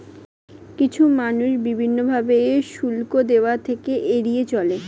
কিছু মানুষ বিভিন্ন ভাবে শুল্ক দেওয়া থেকে এড়িয়ে চলে